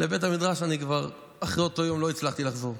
לבית המדרש אחרי אותו יום אני כבר לא הצלחתי לחזור.